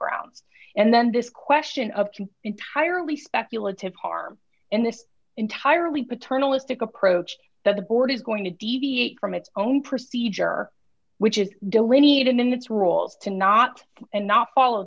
grounds and then this question of two entirely speculative harm in this entirely paternalistic approach that the board is going to deviate from its own procedure which is delineated in its rules to not and not follow